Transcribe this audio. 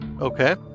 Okay